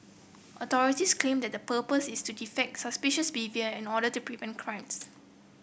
authorities claim that the purpose is to detect suspicious behaviour in order to prevent crimes